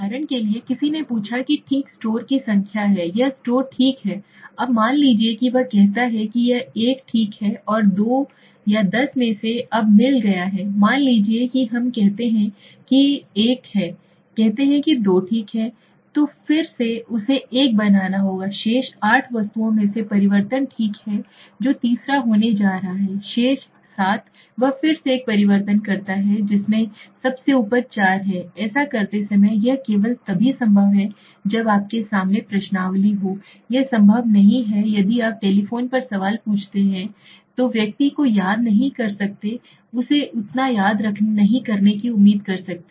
उदाहरण के लिए किसी ने पूछा कि ठीक स्टोर की संख्या है यह स्टोर ठीक है अब मान लीजिए कि वह कहता है कि यह 1 ठीक है और 2 10 में से वह अब मिल गया है मान लीजिए कि हम कहते हैं कि यह एक है कहते हैं कि 2 ठीक है तो फिर से उसे एक बनाना होगा शेष 8 वस्तुओं में से परिवर्तन ठीक है जो तीसरा होने जा रहा है शेष 7 वह फिर से एक परिवर्तन करता है जिसमें सबसे ऊपर 4 है ऐसा करते समय यह केवल तभी संभव है जब आपके सामने प्रश्नावली हो यह संभव नहीं है यदि आप टेलीफोन पर सवाल पूछते हैं तो व्यक्ति को याद नहीं कर सकते उसे इतना याद करने की उम्मीद नहीं करते